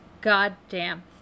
goddamn